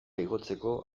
igotzeko